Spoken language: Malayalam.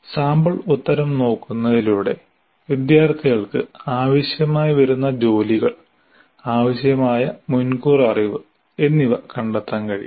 സാമ്പിൾ ഉത്തരം നോക്കുന്നതിലൂടെ വിദ്യാർത്ഥികൾക്ക് ആവശ്യമായി വരുന്ന ജോലികൾ ആവശ്യമായ മുൻകൂർ അറിവ് എന്നിവ കണ്ടെത്താൻ കഴിയും